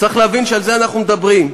צריך להבין שעל זה אנחנו מדברים.